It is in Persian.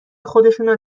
خودشون